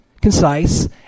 concise